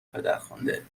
پدرخوانده